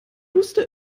wusste